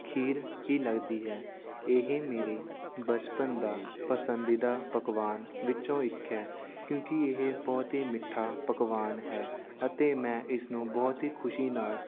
ਖੀਰ ਹੀ ਲੱਗਦੀ ਹੈ ਇਹ ਮੇਰੇ ਬਚਪਨ ਦਾ ਪਸੰਦੀਦਾ ਪਕਵਾਨ ਵਿੱਚੋਂ ਇੱਕ ਹੈ ਕਿਉਂਕਿ ਇਹ ਬਹੁਤ ਹੀ ਮਿੱਠਾ ਪਕਵਾਨ ਹੈ ਅਤੇ ਮੈਂ ਇਸਨੂੰ ਬਹੁਤ ਹੀ ਖੁਸ਼ੀ ਨਾਲ